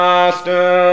Master